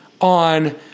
on